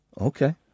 Okay